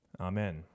Amen